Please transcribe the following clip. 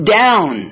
down